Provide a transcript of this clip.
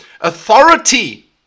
authority